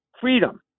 Freedom